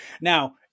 Now